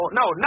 no